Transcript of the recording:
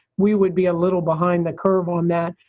we would be a little behind the curve on that,